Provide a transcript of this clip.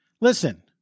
Listen